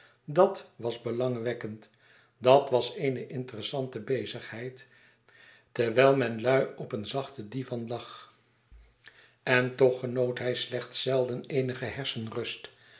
dàt was belangwekkend dàt was eene interessante bezigheid terwijl men lui op een zachten divan lag en toch genoot hij slechts zelden eenige hersenrust